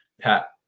Pat